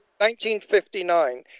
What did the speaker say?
1959